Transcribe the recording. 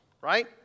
Right